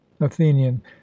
athenian